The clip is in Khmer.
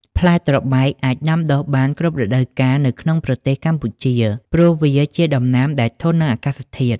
ផ្លែត្របែក អាចដាំដុះបាន គ្រប់រដូវកាល នៅក្នុងប្រទេសកម្ពុជា ព្រោះវាជាដំណាំដែលធន់នឹងអាកាសធាតុ។